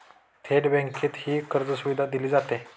थेट बँकेतही कर्जसुविधा दिली जाते